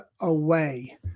away